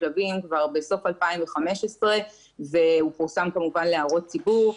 כלבים כבר בסוף 2015 והוא פורסם כמובן להערות ציבור,